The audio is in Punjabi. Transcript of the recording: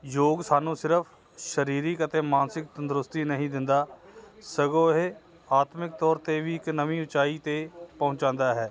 ਯੋਗ ਸਾਨੂੰ ਸਿਰਫ ਸਰੀਰਿਕ ਅਤੇ ਮਾਨਸਿਕ ਤੰਦਰੁਸਤੀ ਨਹੀਂ ਦਿੰਦਾ ਸਗੋਂ ਇਹ ਆਤਮਿਕ ਤੌਰ 'ਤੇ ਵੀ ਇੱਕ ਨਵੀਂ ਉਚਾਈ 'ਤੇ ਪਹੁੰਚਾਉਂਦਾ ਹੈ